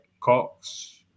Cox